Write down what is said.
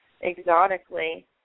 exotically